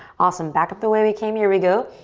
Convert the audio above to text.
awesome, back up the way we came, here we go.